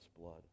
blood